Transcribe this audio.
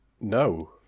No